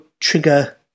trigger